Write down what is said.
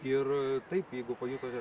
ir taip jeigu pajutote